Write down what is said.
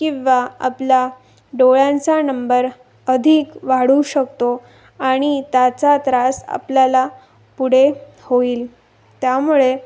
किंवा आपला डोळ्यांचा नंबर अधिक वाढू शकतो आणि त्याचा त्रास आपल्याला पुढे होईल त्यामुळे